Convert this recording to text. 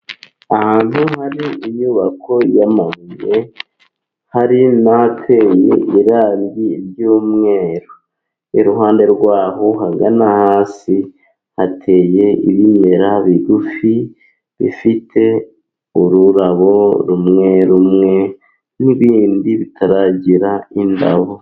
Ahantu hari inyubako y'amabuye, hari n'ateye irangi ry'umweru, iruhande rwaho hagana hasi hateye ibimera bigufi, bifite ururabo rumwe rumwe n'ibindi bitaragira indabo.